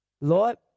Lord